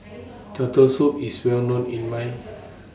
Turtle Soup IS Well known in My